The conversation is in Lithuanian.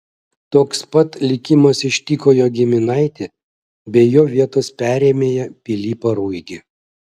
toks pat likimas ištiko jo giminaitį bei jo vietos perėmėją pilypą ruigį